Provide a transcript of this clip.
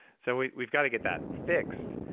so we've we've got to get that fixed,